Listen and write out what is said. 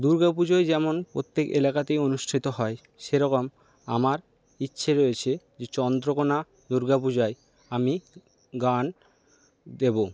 দুর্গাপুজোয় যেমন প্রত্যেক এলাকাতেই অনুষ্ঠিত হয় সেরকম আমার ইচ্ছে রয়েছে যে চন্দ্রকোনা দুর্গাপূজায় আমি গান দেব